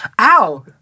ow